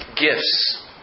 Gifts